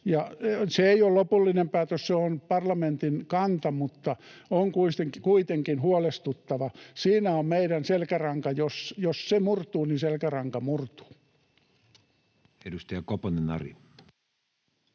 Se ei ole lopullinen päätös, se on parlamentin kanta, mutta on kuitenkin huolestuttava. — Siinä on meidän selkäranka. Jos se murtuu, niin selkäranka murtuu. [Speech